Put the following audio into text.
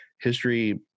History